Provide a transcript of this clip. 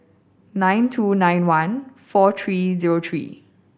nine two nine one four three zero three